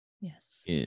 Yes